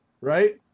right